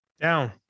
down